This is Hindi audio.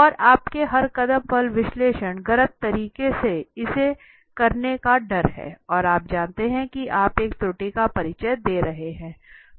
और आपके हर कदम पर विश्लेषण गलत तरीके से इसे करने का डर है और आप जानते हैं कि आप एक त्रुटि का परिचय दे रहे हैं